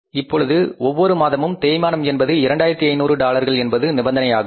இப்பொழுது ஒவ்வொரு மாதமும் தேய்மானம் என்பது 2500 டாலர்கள் என்பது நிபந்தனையாகும்